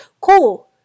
cool